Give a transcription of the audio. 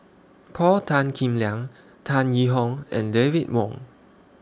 Paul Tan Kim Liang Tan Yee Hong and David Wong